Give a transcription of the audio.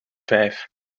vijf